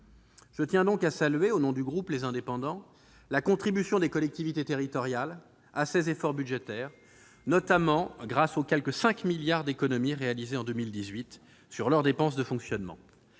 Je tiens donc à saluer, au nom du groupe Les Indépendants, la contribution des collectivités territoriales à ces efforts budgétaires, notamment grâce aux quelque 5 milliards d'économies réalisées en 2018 sur leurs dépenses de fonctionnement.